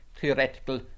Theoretical